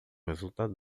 resultado